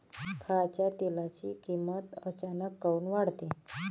खाच्या तेलाची किमत अचानक काऊन वाढते?